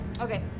Okay